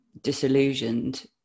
disillusioned